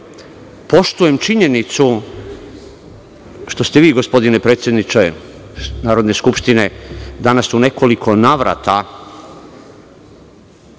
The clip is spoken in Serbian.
poštujem činjenicu što ste vi, gospodine predsedniče Narodne skupštine, danas u nekoliko navrata